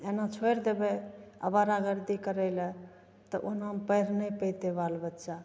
एना छोड़ि देबै आओर बड़ा गलती करैले तऽ ओनामे पढ़ि नहि पएतै बाल बच्चा